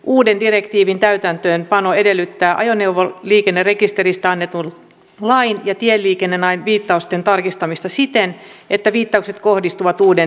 uuden direktiivin täytäntöönpano edellyttää ajoneuvoliikennerekisteristä annetun lain ja tieliikennelain viittausten tarkistamista siten että viittaukset kohdistuvat uuteen direktiiviin